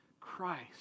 Christ